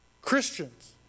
Christians